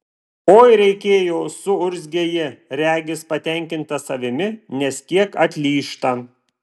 oi reikėjo suurzgia ji regis patenkinta savimi nes kiek atlyžta